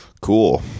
cool